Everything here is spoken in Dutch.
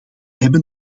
hebben